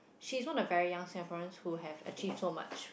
she's one of the very young Singaporeans who have achieved so much